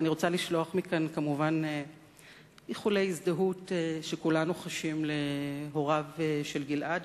אני רוצה לשלוח מכאן כמובן איחולי הזדהות שכולנו חשים להוריו של גלעד,